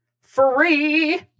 free